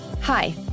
Hi